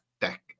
Deck